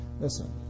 Listen